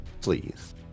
Please